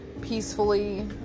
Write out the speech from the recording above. peacefully